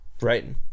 Right